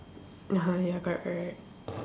ya ya correct correct